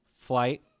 Flight